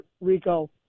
Rico